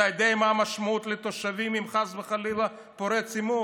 אתה יודע מה המשמעות לתושבים אם חס וחלילה פורץ עימות?